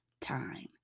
time